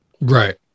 Right